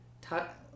talk